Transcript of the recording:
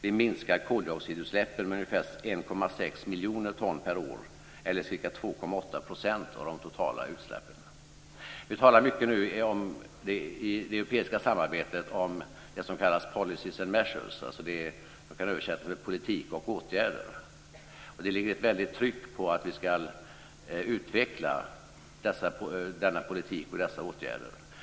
Vi minskar koldioxidutsläppen med ca 1,6 miljoner ton per år eller ca 2,8 % av de totala utsläppen. Det talas mycket nu i det europeiska samarbetet om det som kallas policies and measures - man kan översätta det med politik och åtgärder. Det finns ett väldigt tryck på att denna politik och dessa åtgärder ska utvecklas.